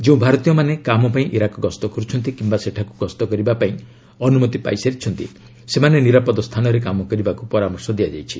ଯେଉଁ ଭାରତୀୟମାନେ କାମ ପାଇଁ ଇରାକ୍ ଗସ୍ତ କରୁଛନ୍ତି କିମ୍ବା ସେଠାକୁ ଗସ୍ତ କରିବା ପାଇଁ ଅନୁମତି ପାଇସାରିଛନ୍ତି ସେମାନେ ନିରାପଦ ସ୍ଥାନରେ କାମ କରିବାକୁ ପରାମର୍ଶ ଦିଆଯାଇଛି